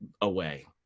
away